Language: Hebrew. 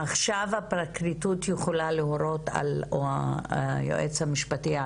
עכשיו הפרקליטות או היועץ המשפטי יכולים